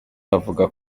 avuga